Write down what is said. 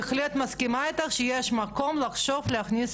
אני בהחלט מסכימה איתך שיש מקום לחשוב להכניס